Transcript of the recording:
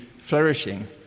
Flourishing